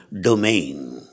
domain